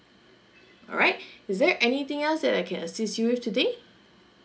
alright is there anything else that I can assist you today